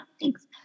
Thanks